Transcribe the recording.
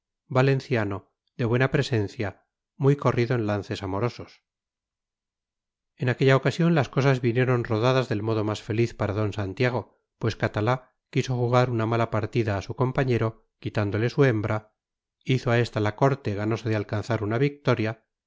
valenciano de buena presencia muy corrido en lances amorosos en aquella ocasión las cosas vinieron rodadas del modo más feliz para d santiago pues catalá quiso jugar una mala partida a su compañero quitándole su hembra hizo a ésta la corte ganoso de alcanzar una victoria